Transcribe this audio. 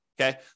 Okay